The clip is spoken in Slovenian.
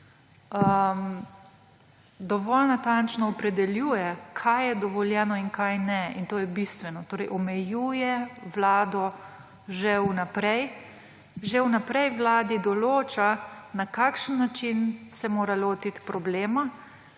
Dovolj natančno opredeljuje, kaj je dovoljeno in kaj ne. In to je bistveno. Omejuje vlado že vnaprej. Že vnaprej vladi določa, na kakšen način se mora lotiti problema,